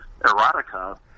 erotica